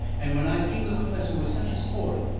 and when i seen the perfessor was such a sport,